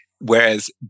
Whereas